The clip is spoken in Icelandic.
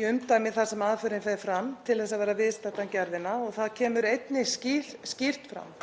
í umdæmi þar sem aðförin fer fram til þess að vera viðstaddan gerðina og það kemur einnig skýrt fram